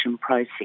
process